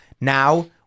Now